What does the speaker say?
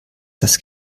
das